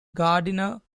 gardiner